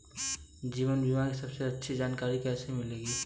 जीवन बीमा की सबसे अच्छी जानकारी कैसे मिलेगी?